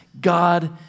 God